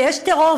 ויש טרור,